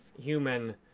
human